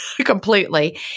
completely